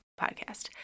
podcast